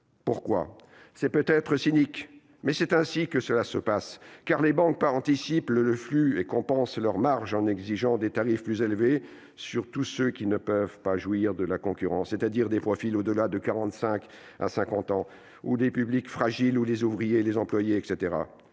trois ans. C'est peut-être cynique, mais c'est ainsi que cela se passe : les banques anticipent le flux et compensent leurs marges en exigeant des tarifs plus élevés sur tous ceux qui ne peuvent pas jouir de la concurrence, c'est-à-dire les profils au-delà de 45 ans ou de 50 ans, ou les publics fragiles, ou les ouvriers, les employés, etc.